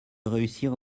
réussir